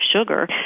sugar